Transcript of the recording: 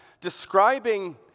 describing